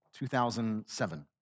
2007